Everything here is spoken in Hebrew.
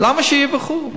למה שילכו?